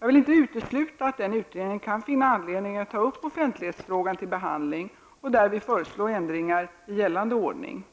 Jag vill inte utesluta att den utredningen kan finna anledning att ta upp offentlighetsfrågor till behandling och därvid föreslå ändringar i gällande ordning.